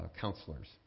counselors